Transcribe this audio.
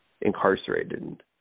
incarcerated